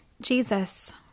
Jesus